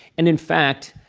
and in fact,